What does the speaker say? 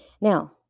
Now